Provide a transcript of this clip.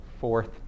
fourth